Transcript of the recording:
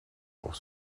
pour